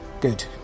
Good